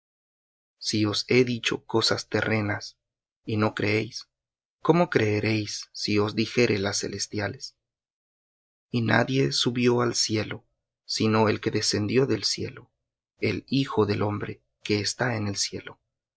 he dicho cosas terrenas y no creéis cómo creeréis si os dijere las celestiales y nadie subió al cielo sino el que descendió del cielo el hijo del hombre que está en el cielo